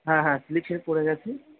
হ্যাঁ হ্যাঁ স্লিপ খেয়ে পড়ে গেছি